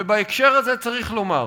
ובהקשר הזה צריך לומר